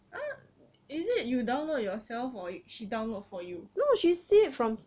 uh is it you download yourself she download for you